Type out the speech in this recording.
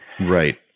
Right